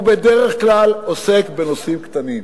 הוא בדרך כלל עוסק בנושאים קטנים.